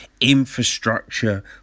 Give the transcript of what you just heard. infrastructure